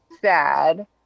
sad